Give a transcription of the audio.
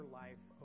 life